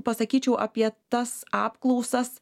pasakyčiau apie tas apklausas